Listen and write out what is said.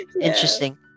Interesting